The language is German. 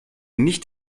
nicht